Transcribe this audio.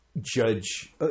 Judge